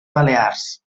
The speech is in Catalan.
balears